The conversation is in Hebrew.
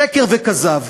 שקר וכזב.